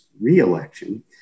reelection